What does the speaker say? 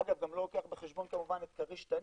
אגב זה גם לא לוקח בחשבון כמובן את כריש ותנין,